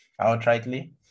outrightly